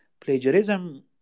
plagiarism